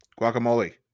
guacamole